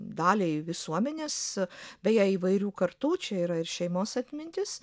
daliai visuomenės beje įvairių kartų čia yra ir šeimos atmintis